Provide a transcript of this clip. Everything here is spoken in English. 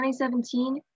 2017